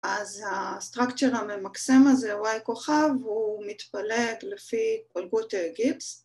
‫אז הסטרקצ'ר הממקסם הזה, ‫y כוכב, הוא מתפלג לפי התפלגות גיבס.